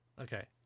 Okay